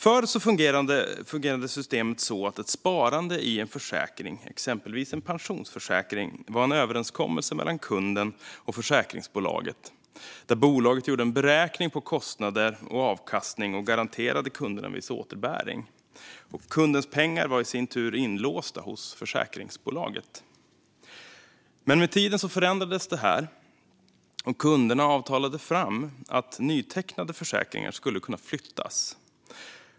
Förr fungerade systemet så att ett sparande i en försäkring, exempelvis en pensionsförsäkring, var en överenskommelse mellan kunden och försäkringsbolaget där bolaget gjorde en beräkning på kostnader och avkastning och garanterade kunderna en viss återbäring. Kundens pengar var i sin tur inlåsta hos försäkringsbolaget. Med tiden förändrades detta, och kunderna avtalade fram att nytecknade försäkringar skulle kunna flyttas.